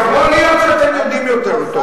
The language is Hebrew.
יכול להיות שאתם יודעים יותר טוב.